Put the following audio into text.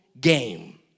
game